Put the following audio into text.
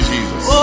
Jesus